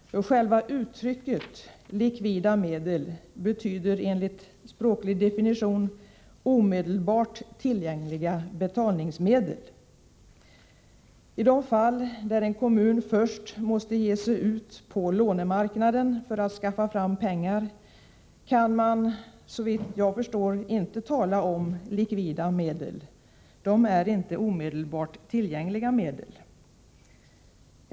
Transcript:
Uttrycket likvida medel betyder enligt språklig definition omedelbart tillgängliga betalningsmedel. I de fall där en kommun först måste ge sig ut på lånemarknaden för att skaffa fram pengar kan man, såvitt jag förstår, inte tala om likvida medel — de är inte omedelbart tillgängliga.